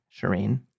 Shireen